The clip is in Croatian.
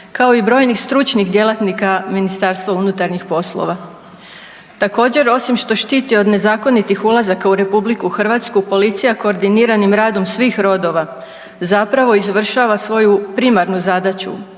kao i brojnih stručnih djelatnika MUP-a. Također osim što štiti od nezakonitih ulazaka u RH policija koordiniranim radom svih rodova zapravo izvršava svoju primarnu zadaću,